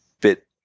bit